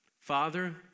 Father